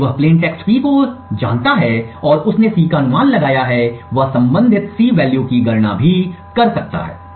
चूंकि वह plain text P को जानता है और उसने C का अनुमान लगाया है वह संबंधित C वैल्यू की गणना भी कर सकता है